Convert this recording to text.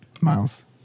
Miles